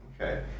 Okay